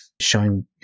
showing